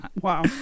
Wow